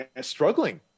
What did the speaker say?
struggling